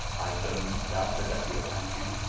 item, that the dutchy of aniou,